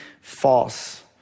false